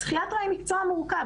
פסיכיאטריה היא מקצוע מורכב.